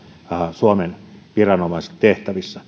suomen viranomaistehtävissä